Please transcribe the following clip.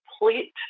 complete